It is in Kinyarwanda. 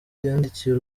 yandikiye